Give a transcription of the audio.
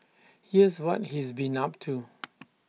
here's what he's been up to